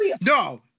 no